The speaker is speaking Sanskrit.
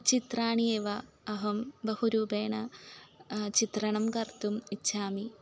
चित्राणि एव अहं बहुरूपेण चित्रणं कर्तुम् इच्छामि